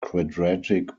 quadratic